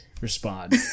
respond